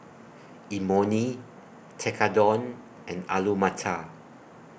Imoni Tekkadon and Alu Matar